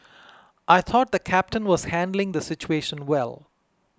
I thought the captain was handling the situation well